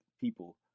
people